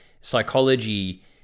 psychology